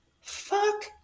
fuck